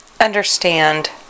understand